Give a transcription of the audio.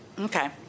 Okay